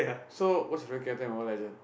so what's your favourite in Mobile-Legend